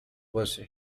was